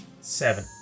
Seven